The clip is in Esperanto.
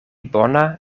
bona